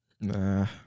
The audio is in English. Nah